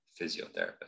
physiotherapist